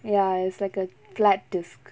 ya it's like a flat disc